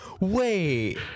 Wait